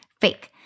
fake